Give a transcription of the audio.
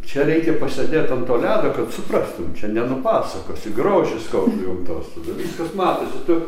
čia reikia pasėdėt ant to ledo kad suprastum čia nenupasakosi grožis koks gamtos tada viskas matosi tu